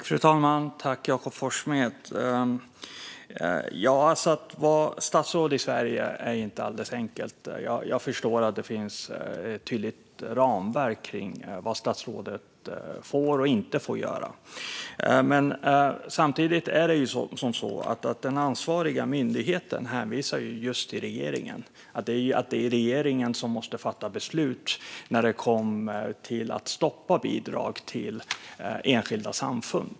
Fru talman! Att vara statsråd i Sverige är inte alldeles enkelt. Jag förstår att det finns ett tydligt ramverk för vad statsrådet får och inte får göra. Samtidigt hänvisar den ansvariga myndigheten till att det är regeringen som måste fatta beslut för att stoppa bidrag till enskilda samfund.